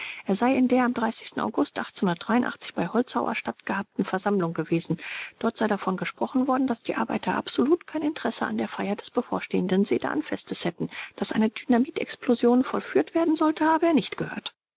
er sei in der am august bei holzhauer stattgehabten versammlung gewesen dort sei davon gesprochen worden daß die arbeiter absolut kein interesse an der feier des bevorstehenden sedanfestes hätten daß eine dynamitexplosion vollführt werden sollte habe er nicht gehört